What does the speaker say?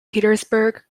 petersburg